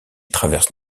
traverse